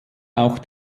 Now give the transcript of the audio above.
auch